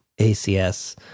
acs